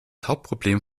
hauptproblem